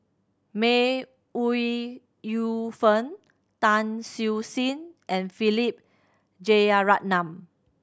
May Ooi Yu Fen Tan Siew Sin and Philip Jeyaretnam